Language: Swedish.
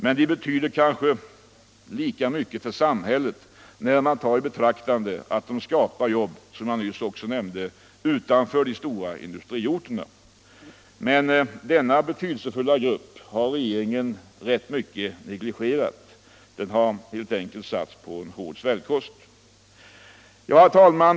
Men den betyder kanske lika mycket för samhället när man tar i beaktande att den, som jag nyss nämnde, skapar jobb utanför de stora industriorterna. Men denna betydelsefulla företagargrupp har regeringen negligerat rätt mycket och helt enkelt satt på hård svältkost. Herr talman!